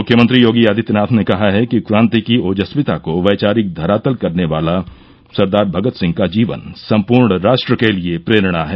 मुख्यमंत्री योगी आदित्यनाथ ने कहा है कि क्रांति की ओजस्विता को वैचारिक धरातल करने वाला सरदार भगत सिंह का जीवन सम्पूर्ण राष्ट्र के लिये प्रेरणा है